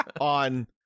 on